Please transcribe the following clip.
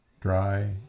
dry